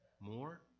more